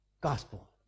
gospel